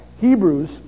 Hebrews